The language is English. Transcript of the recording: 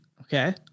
Okay